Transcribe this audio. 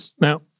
Now